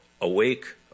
awake